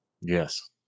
Yes